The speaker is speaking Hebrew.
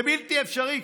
זה בלתי אפשרי,